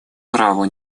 праву